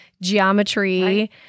geometry